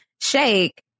Shake